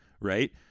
right